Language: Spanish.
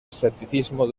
escepticismo